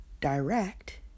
Direct